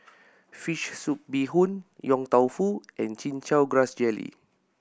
fish soup bee hoon Yong Tau Foo and Chin Chow Grass Jelly